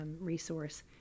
resource